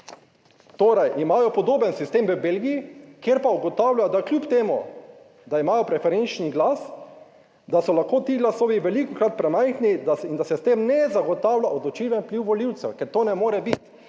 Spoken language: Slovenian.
torej imajo podoben sistem v Belgiji kjer pa ugotavljajo, da kljub temu, da imajo preferenčni glas, da so lahko ti glasovi velikokrat premajhni in da se s tem ne zagotavlja odločilen vpliv volivcev, ker to ne more biti.